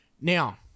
Now